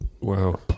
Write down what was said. Wow